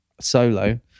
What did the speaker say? solo